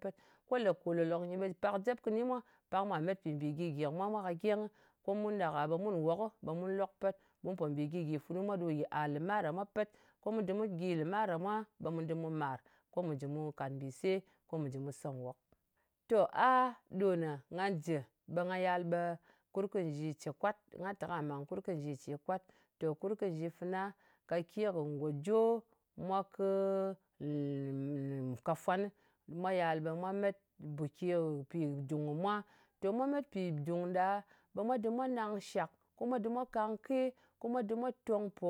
Pet ko lē kò lòlok nyi ɓe pak jep kɨni mwa, pak mwa met pi mbì gyi-gyi kɨ mwa mwa ka gyengɨ. Ko mun ɗak-a ɓe mun nwokɨ, ɓe mun lok pet ɓu pò mbì gyì-gyi funu mwa ɗo yɨar lɨmar ɗa mwa pet. Ko mu dɨm mu gyi lɨmar ɗa mwa, ɓe mù dɨm mu màr, ko mu jɨ mu kàt mbise ko mù jɨ mu sè nwok. To a ɗò nè nga jɨ jɨ ɓe nga yal ɓe nga nga jɨ ɓe kurkunzhi ce kwat. Nga tè kwà màng kurkunzghi ce kwat. To kurkunzghi fana nyɨ kake kɨ ngojo mwa kɨ kafwanɨ. Mwa yal ɓe mwa met buki, kɨ pìdung kɨ mwa. To mwa met pìdung ɗa, ɓe mwa dɨm mwa nang shak, ko mwa dɨm mwa kangke, ko mwa dɨm mwa tong pò